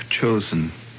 chosen